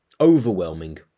overwhelming